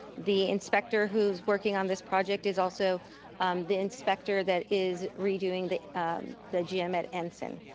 the inspector who's working on this project is also the inspector that is redoing the the gm at ensign.